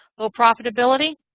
low profitability,